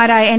മാരായ എൻ